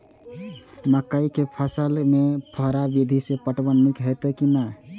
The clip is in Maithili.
मकई के फसल में फुहारा विधि स पटवन नीक हेतै की नै?